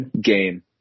game